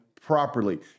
properly